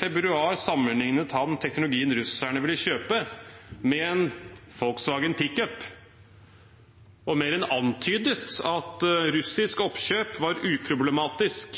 februar sammenliknet han teknologien som russerne ville kjøpe, med en Volkswagen pickup og mer enn antydet at et russisk oppkjøp var uproblematisk.